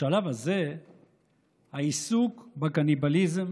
בשלב הזה העיסוק בקניבליזם